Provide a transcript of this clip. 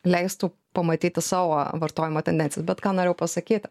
leistų pamatyti savo vartojimo tendencijas bet ką norėjau pasakyt